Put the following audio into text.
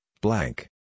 blank